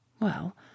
Well